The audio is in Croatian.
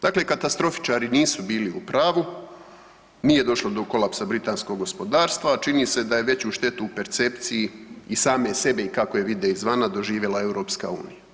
Dakle, katastrofičari nisu bili u pravu, nije došlo do kolapsa britanskog gospodarstva, čini se da je veću štetu u percepciji i same sebe i kako je vide izvana doživjela EU.